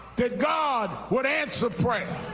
that god would answer prayer.